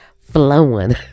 flowing